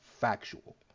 factual